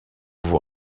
vous